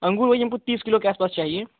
अंगूर वही हमको कोई तीस किलो के आसपास चाहिये